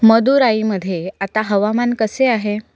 मदुराईमध्ये आता हवामान कसे आहे